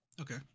Okay